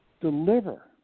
deliver